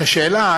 את השאלה,